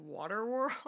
Waterworld